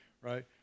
right